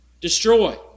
destroy